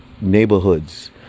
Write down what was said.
neighborhoods